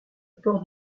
port